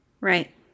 right